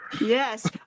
yes